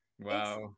Wow